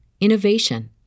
innovation